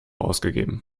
ausgegeben